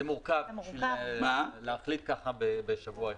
זה מורכב בשביל להחליט ככה בשבוע אחד.